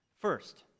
first